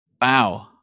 Wow